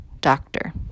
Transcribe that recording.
doctor